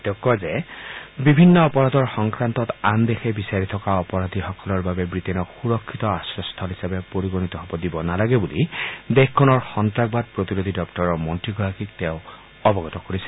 তেওঁ কয় যে বিভিন্ন অপৰাধৰ সংক্ৰান্তত আন দেশে বিচাৰি থকা অপৰাধীসকলৰ বাবে ৱিটেইনক সুৰক্ষিত আশ্ৰয়স্থল হিচাপে পৰিগণিত হ'ব দিব নালাগে বুলি দেশখনৰ সন্ত্ৰাসবাদ প্ৰতিৰোধী দপ্তৰৰ মন্ত্ৰীগৰাকীক তেওঁ অৱগত কৰিছে